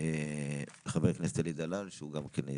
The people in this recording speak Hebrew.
זה כמו שאומרים לילד שאם הוא רוצה,